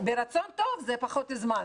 ברצון טוב זה פחות זמן,